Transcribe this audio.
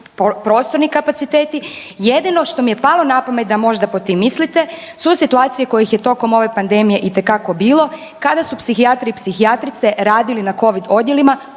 prostorni kapaciteti, jedino što mi je palo na pamet da možda pod tim mislite su situacije kojih je tokom ove pandemije itekako bilo kada su psihijatri i psihijatrice radili na Covid odjelima